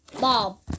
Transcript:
Bob